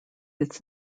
its